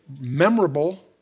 memorable